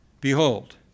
Behold